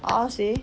a'ah seh